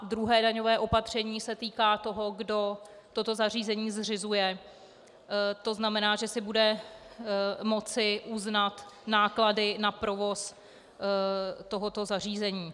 Druhé daňové opatření se týká toho, kdo toto zařízení zřizuje, tzn. že si bude moci uznat náklady na provoz tohoto zařízení.